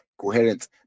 coherent